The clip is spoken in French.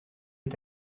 est